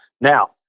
Now